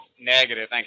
Negative